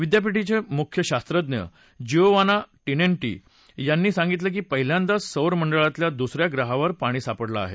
विद्यापीठाचे मुख्य शास्त्रज्ञ जिओव्हाना शिमेती यांनी सांगितलं कि पहिल्यांदाच सौरमंडळातल्या दुस या ग्रहावर पाणी सापडलं आहे